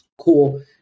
Cool